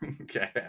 Okay